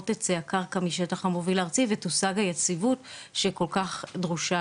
תצא הקרקע משטח המוביל הארצי ותושג היציבות שכל כך דרושה